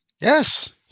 Yes